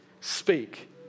speak